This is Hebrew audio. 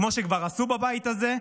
כמו שכבר עשו בבית הזה,